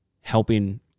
helping